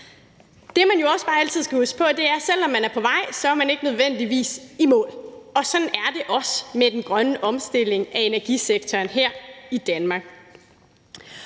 Det, man jo også bare altid skal huske på, er, at selv om man er på vej, er man ikke nødvendigvis i mål, og sådan er det også med den grønne omstilling af energisektoren her i Danmark.